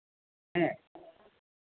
ᱦᱮᱸ